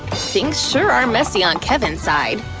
things sure are messy on kevin's side.